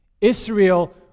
Israel